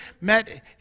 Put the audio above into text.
met